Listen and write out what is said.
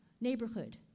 neighborhood